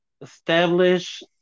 Establish